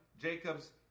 Jacob's